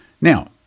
Now